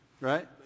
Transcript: right